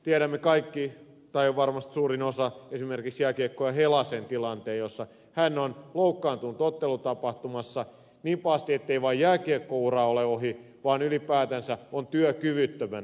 tiedämme kaikki tai varmasti suurin osa että esimerkiksi jääkiekkoilija helasen tilanteen jossa hän on loukkaantunut ottelutapahtumassa niin pahasti ettei vain jääkiekkoura ole ohi vaan ylipäätänsä on työkyvyttömänä